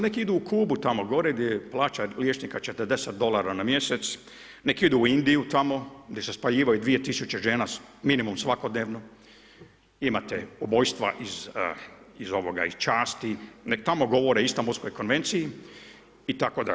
Nek idu u Kubu tamo gore gdje plaća liječnika 40 dolara na mjesec, nek idu u Indiju tamo gdje se spaljivaju dvije tisuće žene minimum svakodnevno, imate ubojstva iz ovoga iz časti, neka tamo govore o Istambulskoj Konvenciji itd.